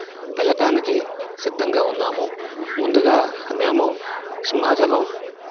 వెళ్ళటానికి సిద్ధంగా ఉన్నాము ముందుగా మేము సింహాచలం